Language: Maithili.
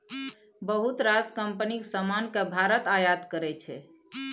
बहुत रास कंपनीक समान केँ भारत आयात करै छै